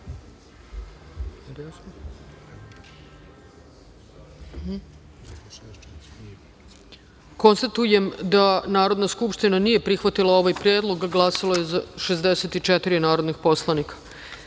predlog. Konstatujem da Narodna skupština nije prihvatila ovaj predlog. Glasalo je 64 narodnih poslanika. Pod